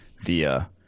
via